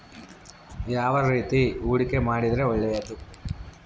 ಯಾವ ರೇತಿ ಹೂಡಿಕೆ ಮಾಡಿದ್ರೆ ಒಳ್ಳೆಯದು?